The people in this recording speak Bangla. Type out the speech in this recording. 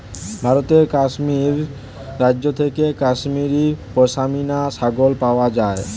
ভারতের কাশ্মীর রাজ্য থেকে কাশ্মীরি পশমিনা ছাগল পাওয়া যায়